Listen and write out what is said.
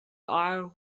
are